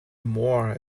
more